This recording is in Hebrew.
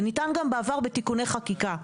זה ניתן גם בעבר בתיקוני חקיקה.